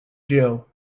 jill